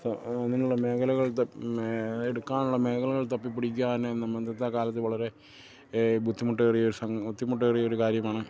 അങ്ങനെയുള്ള മേഖലകൾ എടുക്കാനുള്ള മേഖലകൾ തപ്പിപ്പടിക്കാൻ മുമ്പത്തെ കാലത്ത് വളരെ ബുദ്ധിമുട്ടേറിയ ഒരു ബദ്ധിമുട്ടേറിയ ഒരു കാര്യമാണ്